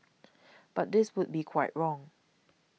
but this would be quite wrong